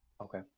Okay